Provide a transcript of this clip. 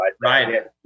right